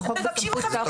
זה חוק בסמכות שר החקלאות.